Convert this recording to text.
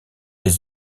ses